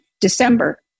December